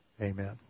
Amen